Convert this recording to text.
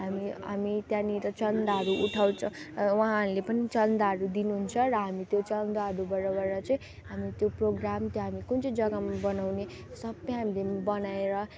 हामी हामी त्यहाँनिर चन्दाहरू उठाउछ उहाँहरूले पनि चन्दाहरू दिनुहुन्छ र हामी चन्दाहरूबाट चाहिँ हामी त्यो प्रोग्राम त्यो हामी कुन चाहिँ जग्गामा बनाउने सबै हामीले बनाएर